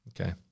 Okay